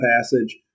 passage